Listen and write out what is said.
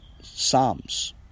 Psalms